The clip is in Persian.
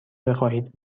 بخواهید